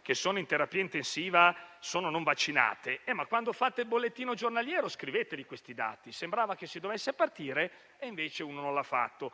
persone in terapia intensiva è non vaccinato, quando si fa il bollettino giornaliero si scrivano questi dati. Sembrava che si dovesse partire, e invece non è stato fatto.